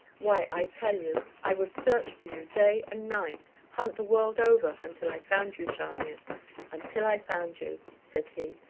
why, i tell you, i would search for you day and night hunt the world over until i found you, charmian until i found you, said he,